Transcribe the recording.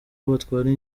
batwara